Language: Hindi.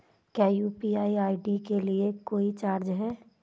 क्या यू.पी.आई आई.डी के लिए कोई चार्ज है?